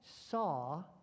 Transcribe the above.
saw